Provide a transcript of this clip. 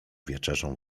wieczerzą